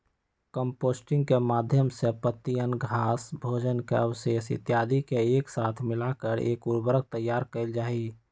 composting के माध्यम से पत्तियन, घास, भोजन के अवशेष इत्यादि के एक साथ मिलाकर एक उर्वरक तैयार कइल जाहई